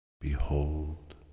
Behold